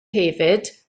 hefyd